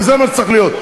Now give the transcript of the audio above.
כי זה מה שצריך להיות.